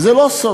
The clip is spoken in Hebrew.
וזה לא סוד.